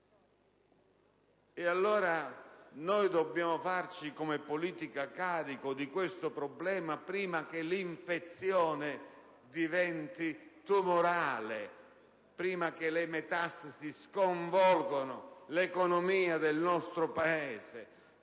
politica, noi dobbiamo pertanto farci carico di questo problema prima che l'infezione diventi tumorale, che le metastasi sconvolgano l'economia del nostro Paese